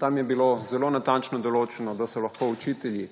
Tam je bilo zelo natančno določeno, da so lahko učitelji,